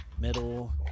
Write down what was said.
middle